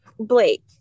Blake